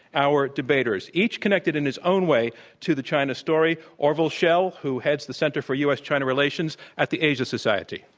our debaters, each connected in his own way to the china story orville schell, who heads the center for u. s. china relations at the asia society.